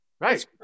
right